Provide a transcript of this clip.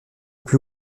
plus